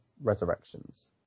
Resurrections